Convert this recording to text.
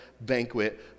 banquet